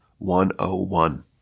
101